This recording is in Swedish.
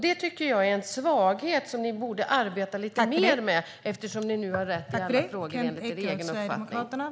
Det tycker jag är en svaghet ni borde arbeta lite mer med, Kent Ekeroth, eftersom ni enligt er egen uppfattning har rätt i alla frågor.